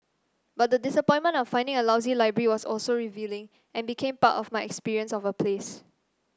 but the disappointment of finding a lousy library was also revealing and became part of my experience of a place